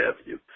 Avenue